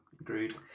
Agreed